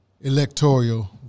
electoral